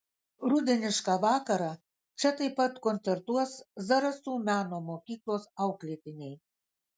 rudenišką vakarą čia taip pat koncertuos zarasų meno mokyklos auklėtiniai